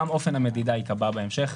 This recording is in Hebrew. גם אופן המדידה ייקבע בהמשך.